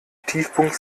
tiefpunkt